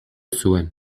zuen